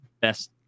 best